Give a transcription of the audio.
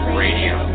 radio